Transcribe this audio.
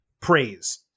praise